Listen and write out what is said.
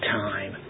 time